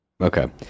Okay